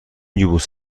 یبوست